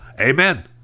Amen